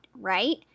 right